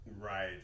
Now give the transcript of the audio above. right